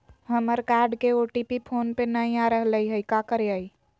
हमर कार्ड के OTP phone पे नई आ रहलई हई, का करयई?